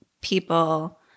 people